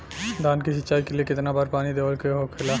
धान की सिंचाई के लिए कितना बार पानी देवल के होखेला?